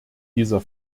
dieser